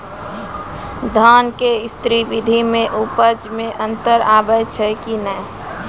धान के स्री विधि मे उपज मे अन्तर आबै छै कि नैय?